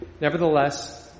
Nevertheless